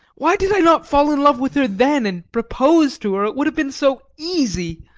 why did i not fall in love with her then and propose to her? it would have been so easy!